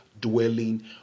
dwelling